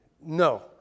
No